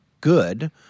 good